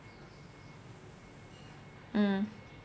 mm